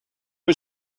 was